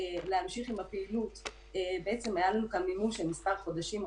להמשיך עם הפעילות היה לנו כאן מימוש של מספר חודשים,